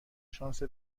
شانس